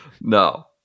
No